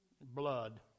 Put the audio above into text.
blood